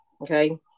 okay